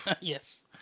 Yes